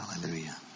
Hallelujah